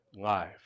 life